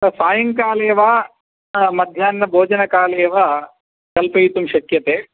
अतः सायङ्काले वा मध्याह्नभोजनकाले वा कल्पयितुं शक्यते